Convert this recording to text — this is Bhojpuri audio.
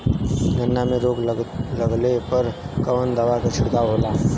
गन्ना में रोग लगले पर कवन दवा के छिड़काव होला?